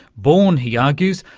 born, he argues,